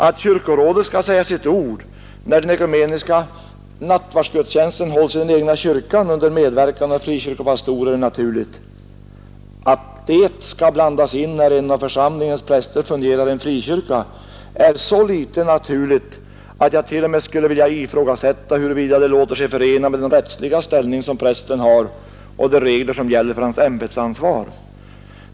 Att kyrkorådet skall säga sitt ord, när den ekumeniska nattvardsgudstjänsten hålls i den egna kyrkan under medverkan av frikyrkopastorer är naturligt — att det skall blandas in när en av församlingens präster fungerar i en frikyrka är så lite naturligt, att jag t.o.m. skulle vilja ifrågasätta, huruvida det låter sig förena med den rättsliga ställning som prästen har och de regler som gäller för hans ämbetsansvar.